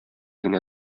генә